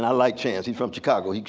and like chance he's from chicago.